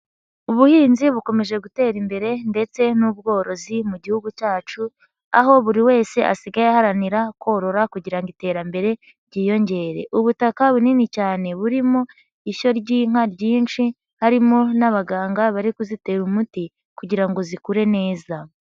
Ubuhinzi bukomeje gutera imbere ndetse n'ubworozi mu gihugu cyacu, aho buri wese asigaye aharanira korora kugira ngo iterambere ryiyongere. Ubutaka bunini cyane burimo ishyo ry'inka ryinshi, harimo n'abaganga bari kuzitera umuti kugira ngo zikure neza.